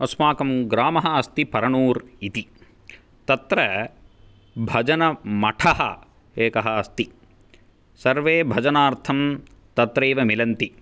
अस्माकं ग्रामः अस्ति परनूर् इति तत्र भजनमठः एकः अस्ति सर्वे भजनार्थं तत्रैव मिलन्ति